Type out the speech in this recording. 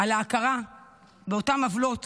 על ההכרה באותן עוולות